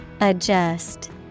adjust